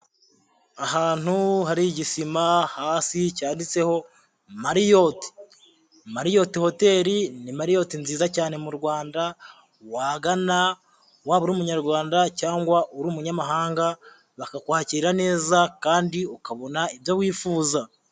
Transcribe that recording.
Ahantu hari igisima hasi cyanditseho Marriott. Marriott hotel ni Marriott nziza cyane mu Rwanda wagana, waba uri umunyarwanda cyangwa uri umunyamahanga bakakwakira neza kandi ukabona ibyo wifuza.